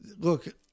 Look